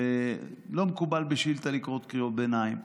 ולא מקובל בשאילתה לקרוא קריאות ביניים.